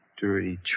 Dirty